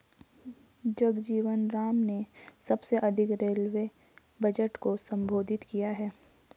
जगजीवन राम ने सबसे अधिक रेलवे बजट को संबोधित किया है